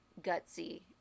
gutsy